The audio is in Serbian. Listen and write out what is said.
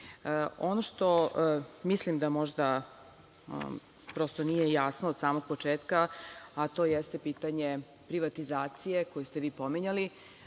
što mislim da možda prosto nije jasno od samog početka, to jeste pitanje privatizacije koju ste vi pominjali.